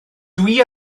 dwi